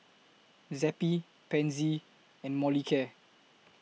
Zappy Pansy and Molicare